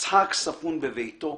יצחק ספון בביתו,